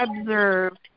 observed